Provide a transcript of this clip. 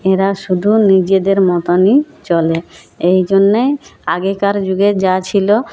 এরা শুধু নিজেদের মতনই চলে এই জন্যে আগেকার যুগে যা ছিলো